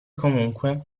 comunque